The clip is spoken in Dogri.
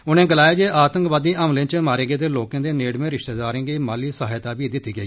उनें गलाया जे आतंकवादी हमलें इच मारे गेदे लोर्के दे नेड़में रिश्तेदारें गी माली सहायता बी दित्ती गेई